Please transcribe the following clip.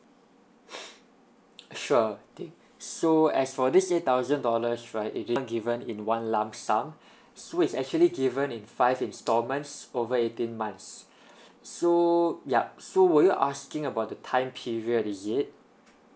sure thing so as for this eight thousand dollars right it didn't given in one lump sum so is actually given in five installments over eighteen months so yup so were you asking about the time period is it